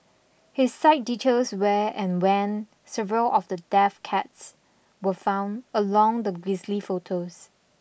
his site details where and when several of the deaf cats were found along with grisly photos